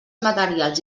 materials